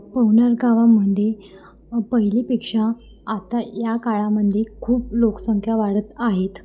पवनार गावामध्ये पहिल्यापेक्षा आता या काळामध्ये खूप लोकसंख्या वाढत आहेत